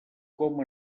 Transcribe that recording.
com